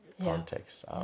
context